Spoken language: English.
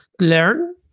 learn